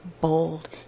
bold